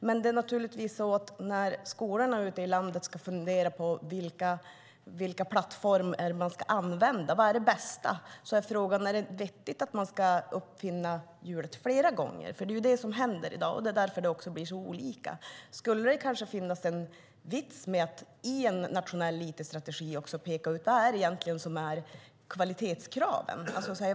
Men när skolorna ute i landet ska fundera på vilken plattform som de ska använda och vad som är det bästa är frågan om det är vettigt att man ska uppfinna hjulet flera gånger. Det är det som händer i dag, och det är därför som det blir så olika. Skulle det kanske finnas en vits med att i en nationell it-strategi peka ut vilka kvalitetskrav som ska gälla?